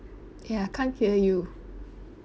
eh I can't hear you